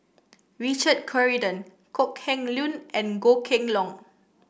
Richard Corridon Kok Heng Leun and Goh Kheng Long